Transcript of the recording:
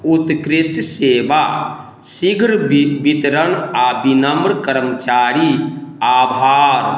उत्कृष्ट सेवा शीघ्र वि वितरण आओर विनम्र कर्मचारी आभार